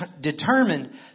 determined